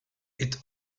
est